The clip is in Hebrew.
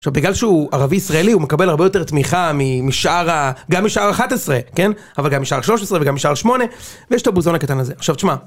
עכשיו בגלל שהוא ערבי ישראלי הוא מקבל הרבה יותר תמיכה משאר ה.. , גם משער 11, אבל גם משער 13 וגם משער 8, ויש את הבוזון הקטן הזה. עכשיו תשמע.